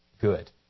good